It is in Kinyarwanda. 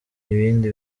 ibindi